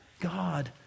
God